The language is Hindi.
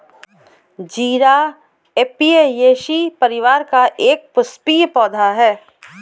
जीरा ऍपियेशी परिवार का एक पुष्पीय पौधा है